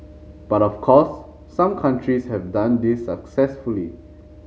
but of course some countries have done this successfully